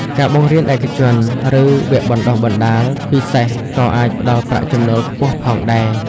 ការបង្រៀនឯកជន ឬវគ្គបណ្តុះបណ្តាលពិសេសក៏អាចផ្តល់ប្រាក់ចំណូលខ្ពស់ផងដែរ។